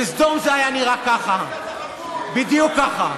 בסדום זה היה נראה ככה, בדיוק ככה.